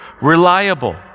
reliable